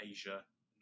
Asia